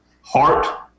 heart